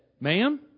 ma'am